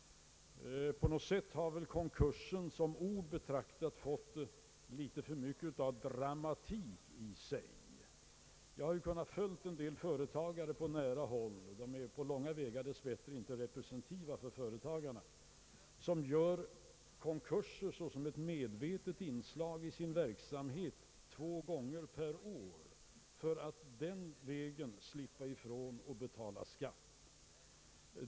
På något sätt har väl konkurs som ord betraktat fått litet för mycket av dramatik över sig. Jag har kunnat följa en del företagares verksamhet på nära håll — de är dess bättre inte representativa för företagarna. De går i konkurs som ett medvetet inslag i sin verksamhet två gånger om året för att den vägen slippa ifrån skatter.